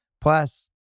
Plus